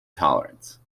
torrance